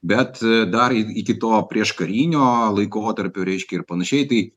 bet e dar iki to prieškarinio laikotarpio reiškia ir panašiai tai